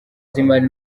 z’imari